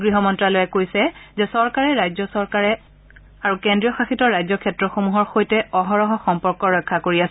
গৃহ মন্ত্ৰালয়ে কৈছে যে চৰকাৰে ৰাজ্য চৰকাৰে আৰু কেন্দ্ৰীয় শাসিত ৰাজ্য ক্ষেত্ৰসমূহৰ সৈতে অহৰহ সম্পৰ্ক ৰক্ষা কৰি আছে